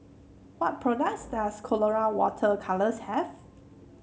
what products does Colora Water Colours have